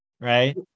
right